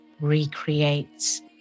recreates